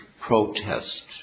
protest